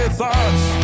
thoughts